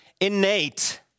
innate